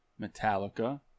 Metallica